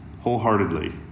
wholeheartedly